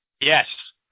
Yes